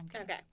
okay